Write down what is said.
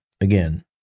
again